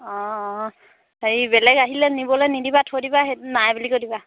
অঁ অঁ হেৰি বেলেগ আহিলে নিবলৈ নিদিবা থৈ দিবা সেই নাই বুলি কৈ দিবা